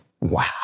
Wow